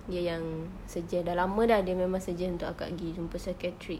dia yang suggest sudah lama sudah dia memang suggest untuk akak pergi jumpa psychiatric